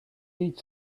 needs